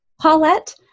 Paulette